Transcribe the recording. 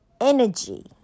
energy